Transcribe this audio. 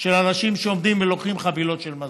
של אנשים שעומדים ולוקחים חבילות של מזון,